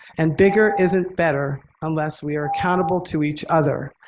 and bigger isn't better unless we are accountable to each other,